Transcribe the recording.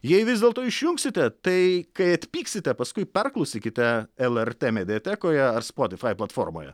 jei vis dėlto išjungsite tai kai atpyksite paskui perklausykite lrt mediatekoje ar spotifai platformoje